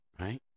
right